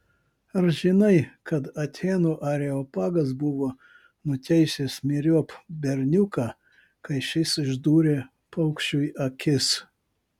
ar žinai kad atėnų areopagas buvo nuteisęs myriop berniuką kai šis išdūrė paukščiui akis